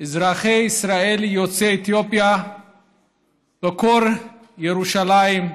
אזרחי ישראל יוצאי אתיופיה בקור של ירושלים,